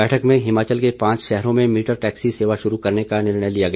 बैठक में हिमाचल के पांच शहरों में मीटर टैक्सी सेवा शुरू करने का निर्णय लिया गया